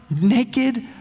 naked